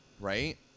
Right